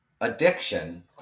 Addiction